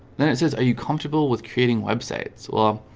then it says are you comfortable with creating web sites well